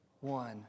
one